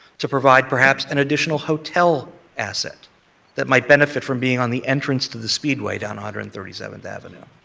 to provide, perhaps, an additional hotel asset that might benefit from being on the entrance to the speedway down one hundred and thirty seventh avenue.